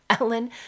Ellen